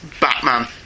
Batman